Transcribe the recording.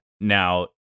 Now